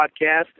podcast